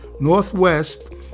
Northwest